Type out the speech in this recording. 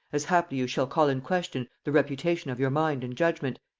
as haply you shall call in question the reputation of your mind and judgement,